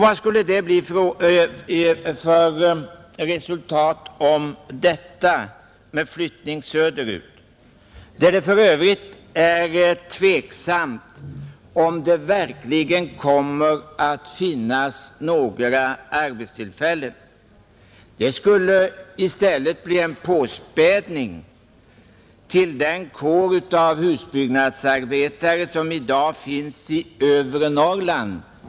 Vad skulle det bli för resultat av detta med flyttning söderut, när det för övrigt är tveksamt om det verkligen kommer att finnas några arbetstillfällen? Man skulle i stället få en påspädning till den kår av husbyggnadsarbetare som i dag finns i övre Norrland.